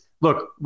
look